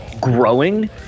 growing